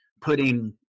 putting